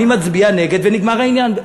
אני מצביע נגד ונגמר העניין.